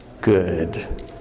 good